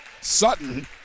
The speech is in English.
Sutton